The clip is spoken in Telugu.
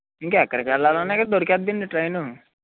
ఇంకా ఎక్కడికెళ్ళాలన్న దొరికేస్తుంది అండి ట్రైను